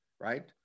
right